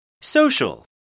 Social